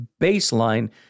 baseline